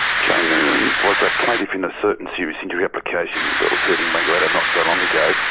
joe noonan was a plaintiff in a certain serious injury application that was heard in wangaratta not so long ago.